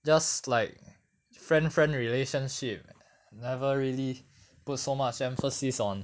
just like friend friend relationship never really put so much emphasis on